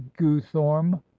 guthorm